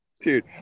dude